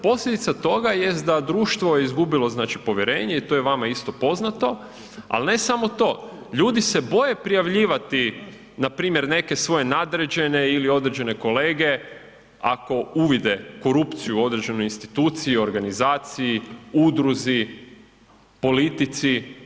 Posljedica toga jest da društvo je izgubilo znači povjerenje i to je vama isto poznato, al ne samo to, ljudi se boje prijavljivati npr. neke svoje nadređene ili određene kolege ako uvide korupciju u određenoj instituciji, organizaciji, udruzi, politici.